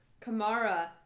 Kamara